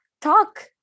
talk